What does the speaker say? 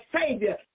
Savior